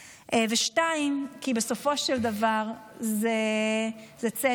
2. כי בסופו של דבר זה צדק.